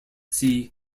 see